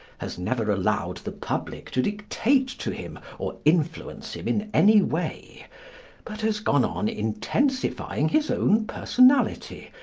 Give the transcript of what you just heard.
has never allowed the public to dictate to him or influence him in any way but has gone on intensifying his own personality,